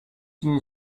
few